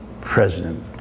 president